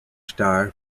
star